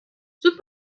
زود